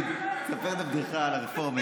דוד, ספר את הבדיחה על הרפורמים.